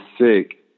sick